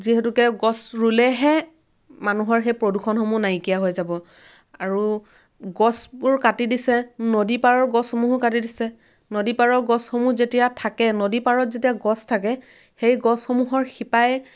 যিহেতুকে গছ ৰুলেহে মানুহৰ সেই প্ৰদূষণসমূহ নাইকিয়া হৈ যাব আৰু গছবোৰ কাটি দিছে নদী পাৰৰ গছসমূহো কাটি দিছে নদী পাৰৰ গছসমূহ যেতিয়া থাকে নদী পাৰত যেতিয়া গছ থাকে সেই গছসমূহৰ শিপাই